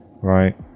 right